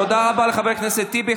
תודה רבה לחבר הכנסת טיבי.